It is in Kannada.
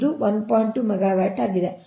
2 ಮೆಗಾವ್ಯಾಟ್ ಆಗಿದೆ